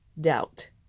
doubt